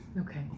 Okay